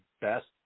best